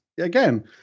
again